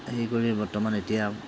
হেই কৰি বৰ্তমান এতিয়া